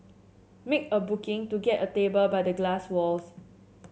make a booking to get a table by the glass walls